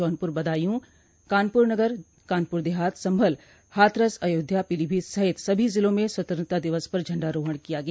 जौनपुर बदायूं कानपुर नगर कानपुर देहात संभल हाथरस अयोध्या पीलीभीत सहित सभी जिलों में स्वतंत्रता दिवस पर झंडारोहण किया गया